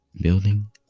Building